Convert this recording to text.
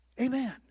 Amen